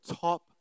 top